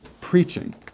preaching